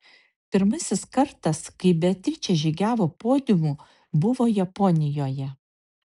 pirmasis kartas kai beatričė žygiavo podiumu buvo japonijoje